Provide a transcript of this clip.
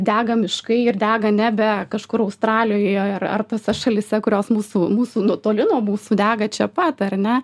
dega miškai ir dega nebe kažkur australijoje ar ar tose šalyse kurios mūsų mūsų toli nuo mūsų dega čia pat ar ne